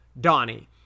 Donnie